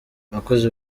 abakozi